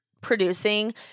producing